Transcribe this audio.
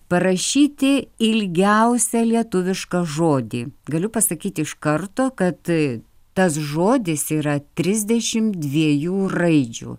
parašyti ilgiausią lietuvišką žodį galiu pasakyti iš karto kad tas žodis yra trisdešimt dviejų raidžių